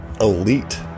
elite